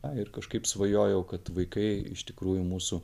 na ir kažkaip svajojau kad vaikai iš tikrųjų mūsų